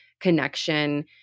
connection